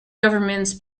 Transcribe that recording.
governments